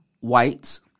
whites